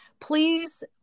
Please